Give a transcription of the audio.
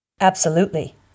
Absolutely